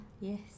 yes